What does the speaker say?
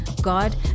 God